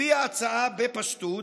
לפי ההצעה, בפשטות,